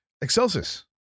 Excelsis